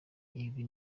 ibi